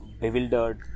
bewildered